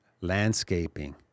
landscaping